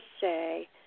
say